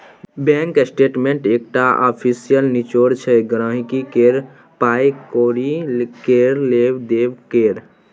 bank statement एकटा official निचोड़ छै गांहिकी केर पाइ कौड़ी केर लेब देब केर